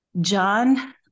John